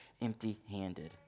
empty-handed